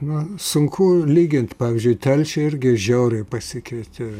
na sunku lygint pavyzdžiui telšiai irgi žiauriai pasikeitė